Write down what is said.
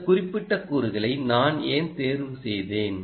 இந்த குறிப்பிட்ட கூறுகளை நான் ஏன் தேர்வு செய்தேன்